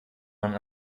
man